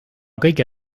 kõige